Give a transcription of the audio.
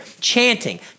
chanting